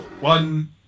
One